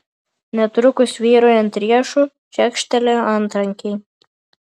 netrukus vyrui ant riešų čekštelėjo antrankiai